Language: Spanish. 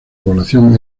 población